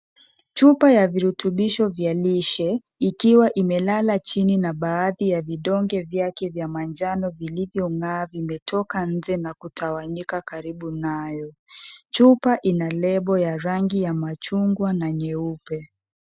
Chupa ya virutubishi vya lishe, ikiwa imelala chini na baadhi ya vidonge vyake vya manjano vilivyong'aa, vimetoka nje na kutawanyika karibu nayo. Chupa ina lebo ya rangi ya machungwa na nyeupe.